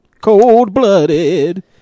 cold-blooded